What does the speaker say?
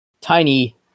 tiny